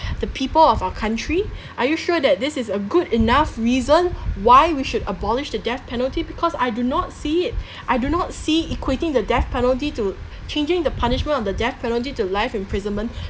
the people of our country are you sure that this is a good enough reason why we should abolish the death penalty because I do not see it I do not see equating the death penalty to changing the punishment of the death penalty to life imprisonment